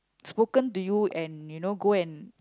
spoken to you and you know go and